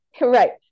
Right